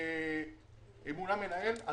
שוועדת החמישה תעסיק עורך דין